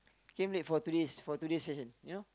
came late for today's for today's session you know